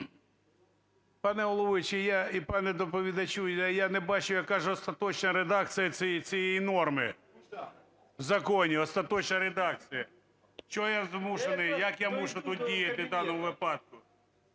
Пане головуючий і пане доповідачу, я не бачу, яка ж остаточна редакція цієї норми в законі, остаточна редакція. Чого я змушений, як мушу тут діяти в даному випадку?